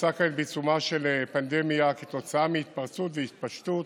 נמצא כעת בעיצומה של פנדמיה כתוצאה מהתפרצות והתפשטות